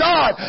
God